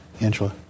Angela